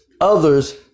others